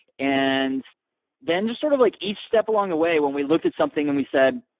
and then just sort of like each step along the way when we looked at something and we said,